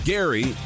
Gary